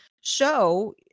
show